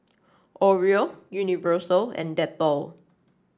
Oreo Universal and Dettol